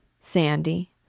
Sandy